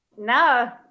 No